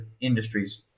industries